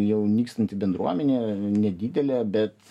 jau nykstanti bendruomenė nedidelė bet